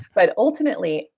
but ultimately,